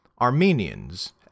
Armenians